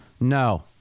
no